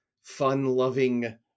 fun-loving